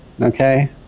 Okay